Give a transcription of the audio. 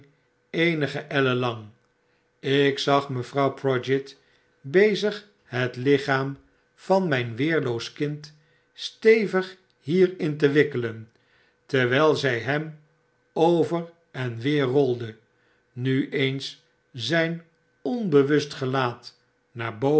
eenige ellen lang ik z ag mevrouw prodgit bezighetlichaam van mijn weerloos kind stevig hierin te wikkelen terwyl zy hem over en weer rolde nu eens zyn onbewust gelaat naar boven